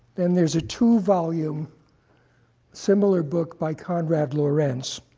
then there's a two-volume similar book by konrad lorenz,